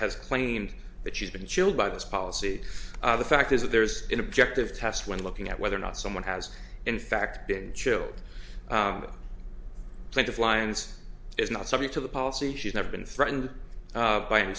has claimed that she's been chilled by this policy the fact is that there's an objective test when looking at whether or not someone has in fact been chilled think of lines is not subject to the policy she's never been threatened by any